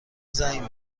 زنگ